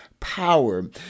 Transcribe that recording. power